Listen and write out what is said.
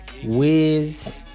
Wiz